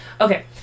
okay